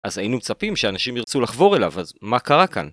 אז היינו מצפים שאנשים ירצו לחבור אליו, אז מה קרה כאן?